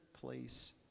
place